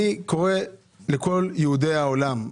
אני קורא לכל יהודי העולם,